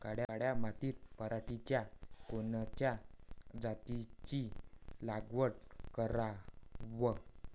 काळ्या मातीत पराटीच्या कोनच्या जातीची लागवड कराव?